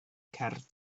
cerdd